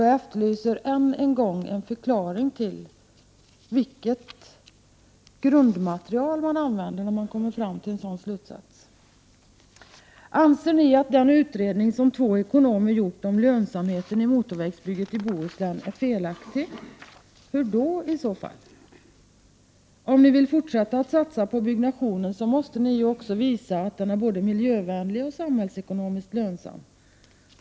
Jag efterlyser än en gång en förklaring till vilket grundmaterial som man har använt när man har kommit fram till den slutsatsen. Anser ni att den utredning som två ekonomer gjort om lönsamheten i motorvägsbygget i Bohuslän är felaktig? Hur då i så fall? Om ni vill fortsätta att satsa på byggandet, måste ni också visa att det är både miljövänligt och samhällsekonomiskt lönsamt.